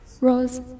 Rose